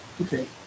Okay